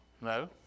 No